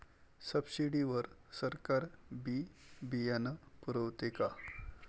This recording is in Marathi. सब्सिडी वर सरकार बी बियानं पुरवते का?